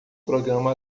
programa